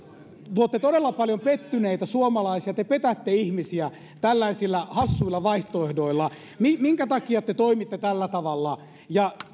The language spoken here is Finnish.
luotte todella paljon pettyneitä suomalaisia te petätte ihmisiä tällaisilla hassuilla vaihtoehdoilla minkä takia te toimitte tällä tavalla